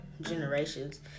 Generations